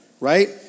right